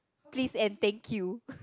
please and thank you